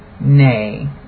Nay